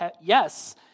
yes